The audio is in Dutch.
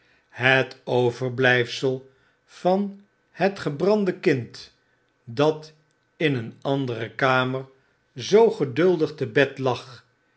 het overblpsel van het gebrande kind dat in een andere kamer zoo geduldig te bed lag